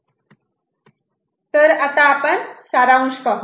तर आता आपण सारांश पाहू